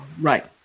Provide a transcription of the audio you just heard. Right